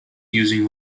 using